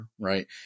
right